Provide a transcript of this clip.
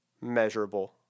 measurable